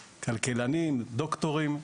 כלכלנים, דוקטורים.